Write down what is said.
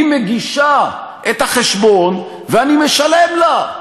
היא מגישה את החשבון ואני משלם לה.